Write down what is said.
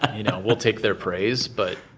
you know, we'll take their praise, but,